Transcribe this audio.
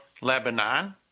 Lebanon